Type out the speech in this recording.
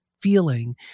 feeling